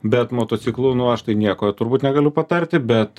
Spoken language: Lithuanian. bet motociklu nu aš tai nieko turbūt negaliu patarti bet